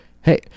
Hey